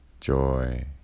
joy